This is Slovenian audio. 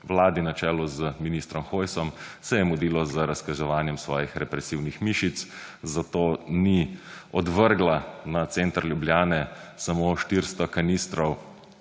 vladi na čelu z ministrom Hojsom se je mudilo z razkazovanjem svojih represivnih mišic, zato ni odvrgla na center Ljubljane samo 400 kanistrov